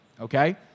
Okay